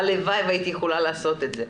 הלוואי והייתי יכולה לעשות את זה.